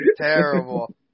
terrible